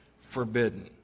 forbidden